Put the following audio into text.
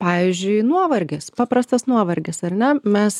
pavyzdžiui nuovargis paprastas nuovargis ar ne mes